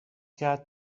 کرد